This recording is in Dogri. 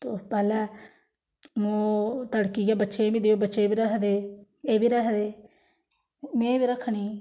ते पैह्लें ओह् तड़कियै बच्चें गी बी देओ बच्चे बी रखदे एह् बी रखदे में बी रक्खनी